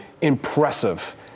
impressive